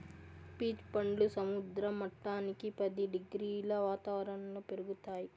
peach పండ్లు సముద్ర మట్టానికి పది డిగ్రీల వాతావరణంలో పెరుగుతాయి